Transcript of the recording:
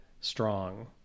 strong